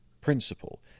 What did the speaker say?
principle